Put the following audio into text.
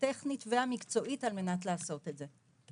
הטכנית והמקצועית על מנת לעשות את זה.